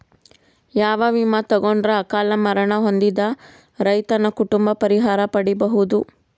ಯಾವ ವಿಮಾ ತೊಗೊಂಡರ ಅಕಾಲ ಮರಣ ಹೊಂದಿದ ರೈತನ ಕುಟುಂಬ ಪರಿಹಾರ ಪಡಿಬಹುದು?